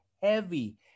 heavy